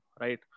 right